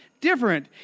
different